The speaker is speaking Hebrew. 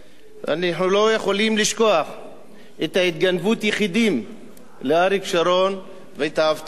אנחנו לא יכולים לשכוח את התגנבות היחידים לאריק שרון ואת ההבטחות שהיו,